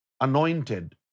anointed